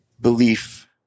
belief